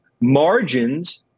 margins